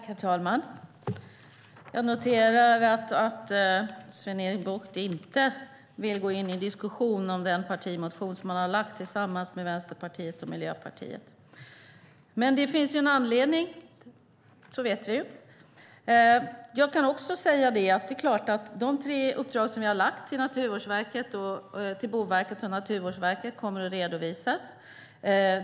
Herr talman! Jag noterar att Sven-Erik Bucht inte vill gå in i en diskussion om den partimotion som han har väckt tillsammans med Vänsterpartiet och Miljöpartiet. Men det finns ju en anledning; det vet vi. De tre uppdrag som vi har gett till Boverket och Naturvårdsverket kommer att redovisas.